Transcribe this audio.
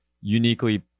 uniquely